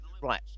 Right